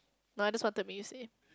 nah just wanted me you say